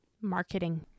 Marketing